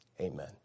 amen